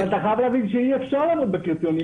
אבל אתה חייב להבין שאי אפשר לעמוד בקריטריונים.